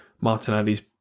Martinelli's